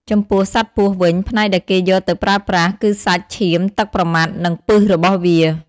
ចំពោះសត្វពស់វិញ ផ្នែកដែលគេយកទៅប្រើប្រាស់គឺសាច់ ឈាម ទឹកប្រមាត់ និងពិសរបស់វា។